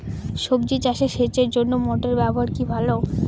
সবজি চাষে সেচের জন্য মোটর ব্যবহার কি ভালো?